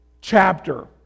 chapter